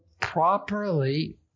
properly